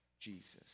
Jesus